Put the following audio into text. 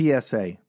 PSA